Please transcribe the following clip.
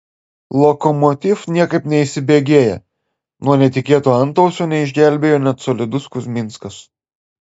lokomotiv niekaip neįsibėgėja nuo netikėto antausio neišgelbėjo net solidus kuzminskas